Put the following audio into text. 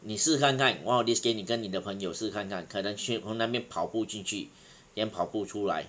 你试看看 one of these day 你跟你的朋友试看看可能全部那边跑步进去 then 跑步出来